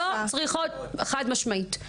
חד-משמעית.